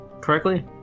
correctly